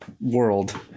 world